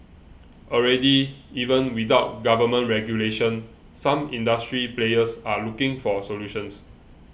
already even without government regulation some industry players are looking for solutions